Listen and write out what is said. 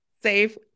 safe